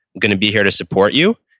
going to be here to support you,